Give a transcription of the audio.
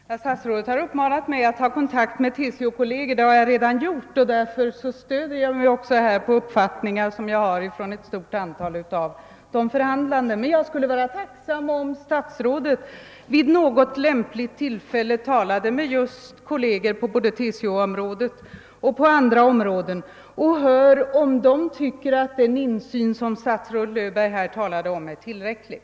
Herr talman! Herr statsrådet uppmanar mig att ta kontakt med TCO kolleger. Det har jag redan gjort, och jag stöder mig på uppfattningar som framförts av ett stort antal förhandlare. Jag skulle emellertid vara tacksam om statsrådet vid något lämpligt tillfälle ta lade med kolleger på både TCO-området och andra områden för att höra om de tycker att den insyn som statsrådet talade om är tillräcklig.